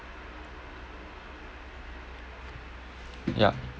ya